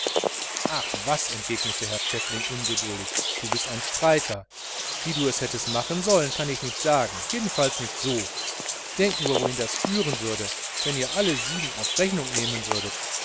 ach was entgegnet herr pfäffling ungeduldig du bist ein streiter wie du es hättest machen sollen kann ich nicht sagen jedenfalls nicht so denkt nur wohin das führen würde wenn ihr alle sieben auf rechnung nehmen würdet